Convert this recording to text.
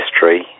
history